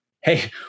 hey